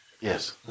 Yes